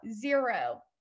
zero